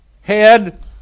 Head